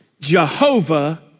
Jehovah